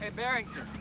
ah barrington.